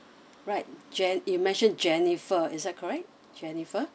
right jen~ you mentioned jennifer is that correct jennifer